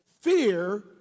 Fear